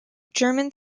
german